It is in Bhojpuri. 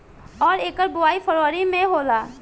अउर एकर बोवाई फरबरी मे होला